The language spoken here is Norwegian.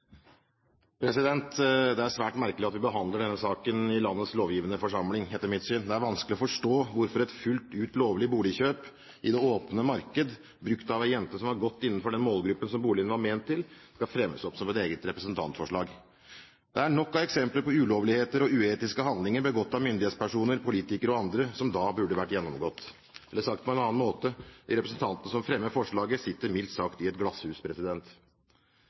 svært merkelig at vi behandler denne saken i landets lovgivende forsamling. Det er vanskelig å forstå hvorfor et fullt ut lovlig boligkjøp i det åpne marked, brukt av ei jente som var godt innenfor den målgruppen som boligen var ment til, skal fremmes som et eget representantforslag. Det er nok av eksempler på ulovligheter og uetiske handlinger begått av myndighetspersoner, politikere og andre som da burde vært gjennomgått. Eller sagt på en annen måte: De representantene som fremmer forslaget, sitter mildt sagt i et glasshus.